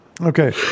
Okay